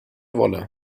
wolle